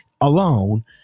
alone